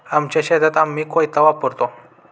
आमच्या शेतात आम्ही कोयता वापरतो